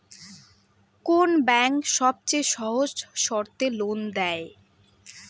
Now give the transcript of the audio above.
কোন ব্যাংক সবচেয়ে সহজ শর্তে লোন দেয়?